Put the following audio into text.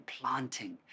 planting